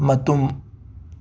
ꯃꯇꯨꯝ